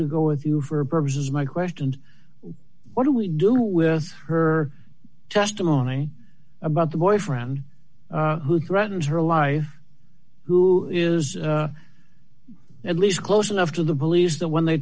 to go with you for purposes my question what do we do with her testimony about the boyfriend who threatens her life who is at least close enough to the police that when they